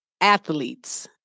athletes